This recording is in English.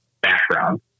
background